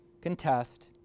contest